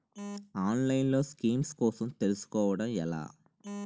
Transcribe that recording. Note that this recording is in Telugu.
ఆన్లైన్లో స్కీమ్స్ కోసం తెలుసుకోవడం ఎలా?